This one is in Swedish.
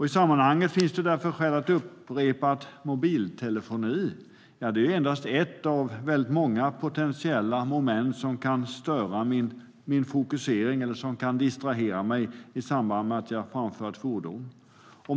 I sammanhanget finns det därför skäl att upprepa att mobiltelefoni är endast ett av många potentiella distraktionsmoment i samband med att man framför ett fordon.